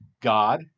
God